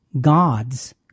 god's